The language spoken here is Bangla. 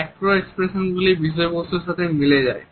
ম্যাক্রো এক্সপ্রেশনগুলি বিষয়বস্তুর সঙ্গে মিলে যায়